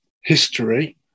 history